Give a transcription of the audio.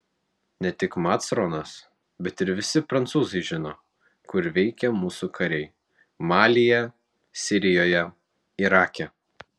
ne tik macronas bet visi prancūzai žino kur veikia mūsų kariai malyje sirijoje irake